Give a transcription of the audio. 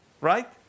right